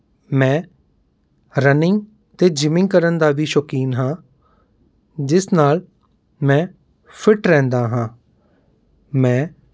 ਮੈਂ ਰਨਿੰਗ ਅਤੇ ਜੀਮਿੰਗ ਕਰਨ ਦਾ ਵੀ ਸ਼ੌਕੀਨ ਹਾਂ ਜਿਸ ਨਾਲ ਮੈਂ ਫਿੱਟ ਰਹਿੰਦਾ ਹਾਂ ਮੈਂ